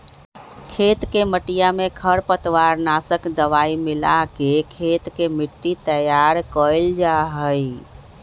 खेत के मटिया में खरपतवार नाशक दवाई मिलाके खेत के मट्टी तैयार कइल जाहई